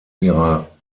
ihrer